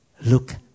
look